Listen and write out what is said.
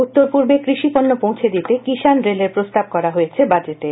উত্তর পূর্বে কৃষিপণ্য পৌঁছে দিতে কিষান রেল এর প্রস্তাব করা হয়েছে বাজেটে